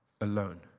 alone